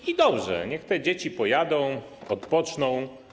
I dobrze, niech te dzieci pojadą, odpoczną.